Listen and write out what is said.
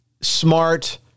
smart